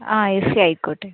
ആ AC ആയിക്കോട്ടെ